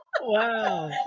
Wow